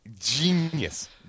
Genius